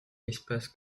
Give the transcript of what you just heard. espace